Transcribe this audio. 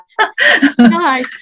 Hi